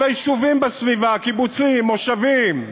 כל היישובים בסביבה, קיבוצים, מושבים,